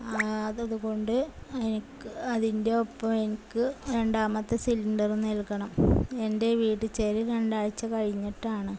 അതുകൊണ്ട് എനിക്ക് അതിൻ്റെ ഒപ്പം എനിക്ക് രണ്ടാമത്തെ സിലിണ്ടർ നൽകണം എൻ്റെ വീടിച്ചേര് രണ്ട് ആഴ്ച കഴിഞ്ഞിട്ടാണ്